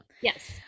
Yes